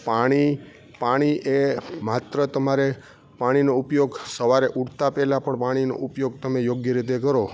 પાણી પાણી એ માત્ર તમારે પાણીનો ઉપયોગ સવારે ઉઠતાં પહેલા પણ પાણીનો ઉપયોગ તમે યોગ્ય રીતે કરો